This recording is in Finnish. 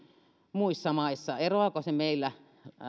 muissa maissa eroaako se meillä